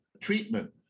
treatment